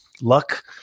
luck